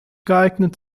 geeignet